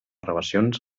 relacions